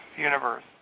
universe